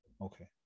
Okay